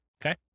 okay